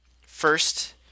First